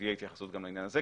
שתהיה התייחסות גם לעניין הזה.